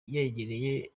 yegereye